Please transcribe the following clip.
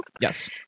Yes